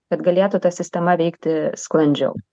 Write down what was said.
kad galėtų ta sistema veikti sklandžiau